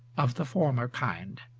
of the former kind